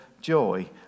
joy